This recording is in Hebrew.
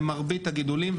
למרבית הגידולים,